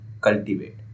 cultivate